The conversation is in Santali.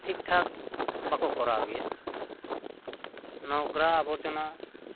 ᱴᱷᱤᱠ ᱴᱷᱟᱠ ᱵᱟᱠᱚ ᱠᱚᱨᱟᱣ ᱜᱮᱭᱟ ᱱᱚᱜᱽᱨᱟ ᱟᱵᱚᱨᱡᱚᱱᱟ